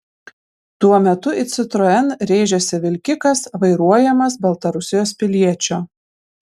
tuo metu į citroen rėžėsi vilkikas vairuojamas baltarusijos piliečio